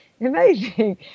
amazing